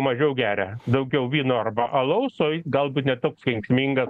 mažiau geria daugiau vyno arba alaus o jis galbūt ne toks kenksmingas